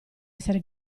essere